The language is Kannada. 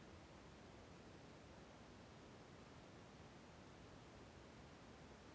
ಝೈಧ್ ಋತುವಿನಲ್ಲಿ ಸಾಮಾನ್ಯವಾಗಿ ಬೆಳೆಯುವ ಹಣ್ಣುಗಳು ಯಾವುವು?